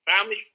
family